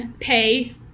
pay